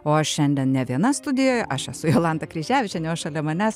o aš šiandien ne viena studijoj aš esu jolanta kryževičienė o šalia manęs